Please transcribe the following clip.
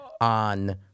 on